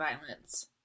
violence